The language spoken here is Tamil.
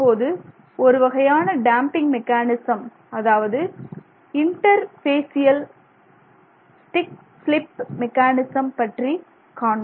இப்போது ஒரு வகையான டேம்பிங் மெக்கானிசம் அதாவது இன்டர்பேஷியல் ஸ்டிக் ஸ்லீப் மெக்கானிசம் பற்றி காண்போம்